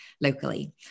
locally